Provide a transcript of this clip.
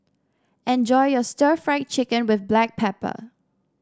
enjoy your Stir Fried Chicken with Black Pepper